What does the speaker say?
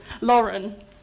Lauren